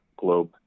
Globe